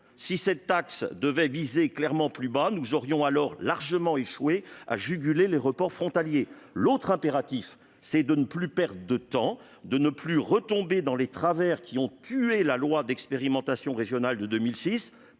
Si elle devait viser clairement plus bas, nous aurions largement échoué à juguler les reports frontaliers. Deuxièmement, il ne faut plus perdre de temps ni retomber dans les travers qui ont tué la loi d'expérimentation régionale de 2006,